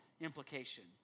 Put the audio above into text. implication